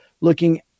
looking